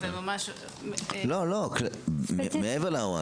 מעבר להוראה.